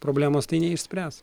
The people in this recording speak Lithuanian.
problemos neišspręs